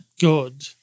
good